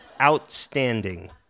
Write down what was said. Outstanding